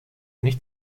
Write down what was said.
nicht